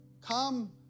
Come